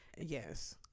yes